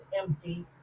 empty